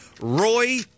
Roy